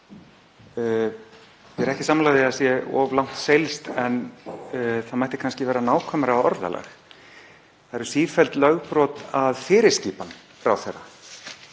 Ég er ekki sammála því að það sé of langt seilst en það mætti kannski vera nákvæmara orðalag. Það eru sífellt lögbrot að fyrirskipan ráðherra.